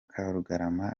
karugarama